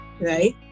right